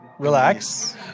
Relax